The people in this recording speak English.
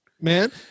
man